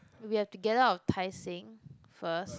we have to get out of Tai-Seng first